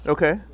Okay